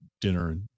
dinner